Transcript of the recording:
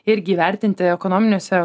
irgi įvertinti ekonominiuose